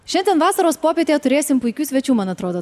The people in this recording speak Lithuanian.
šiandien vasaros popietėje turėsim puikių svečių man atrodo